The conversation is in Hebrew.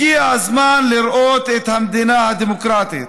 הגיע הזמן לראות את המדינה הדמוקרטית.